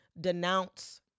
denounce